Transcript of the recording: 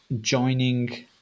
joining